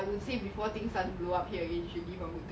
I think